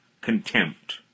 contempt